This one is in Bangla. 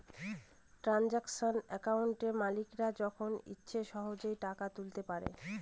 ট্রানসাকশান একাউন্টে মালিকরা যখন ইচ্ছে সহেজে টাকা তুলতে পারে